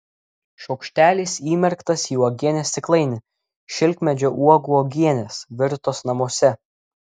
šaukštelis įmerktas į uogienės stiklainį šilkmedžio uogų uogienės virtos namuose